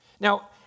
Now